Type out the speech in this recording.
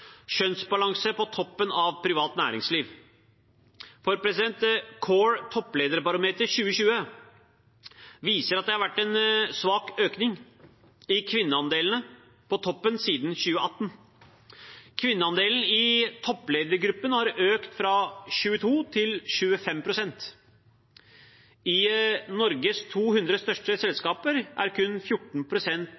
kjønnsbalanse på toppen av privat næringsliv. CORE Topplederbarometer 2020 viser at det har vært en svak økning i kvinneandelen på toppen siden 2018. Kvinneandelen i toppledergruppen har økt fra 22 til 25 pst. I Norges 200 største